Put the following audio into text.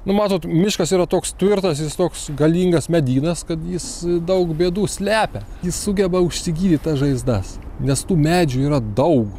nu matot miškas yra toks tvirtas jis toks galingas medynas kad jis daug bėdų slepia jis sugeba užsigydyt žaizdas nes tų medžių yra daug